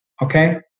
Okay